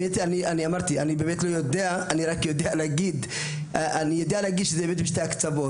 אמרתי שאני באמת לא יודע; אני רק יודע להגיד שזה משני הקצוות.